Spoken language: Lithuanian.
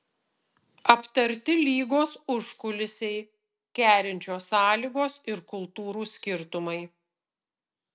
aptarti lygos užkulisiai kerinčios sąlygos ir kultūrų skirtumai